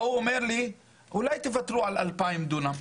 הוא אומר לי אולי תוותרו על אלפיים דונם?